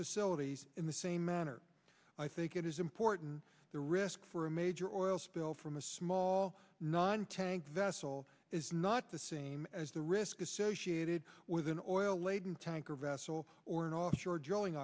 facilities in the same manner i think it is important the risk for a major oil spill from a small non tank vessel is not the same as the risk associated with an oil laden tanker vessel or an offshore dr